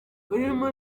ururimi